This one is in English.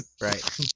right